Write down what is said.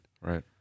Right